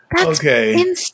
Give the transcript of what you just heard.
Okay